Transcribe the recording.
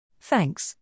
Thanks